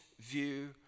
view